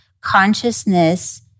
consciousness